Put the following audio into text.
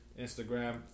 Instagram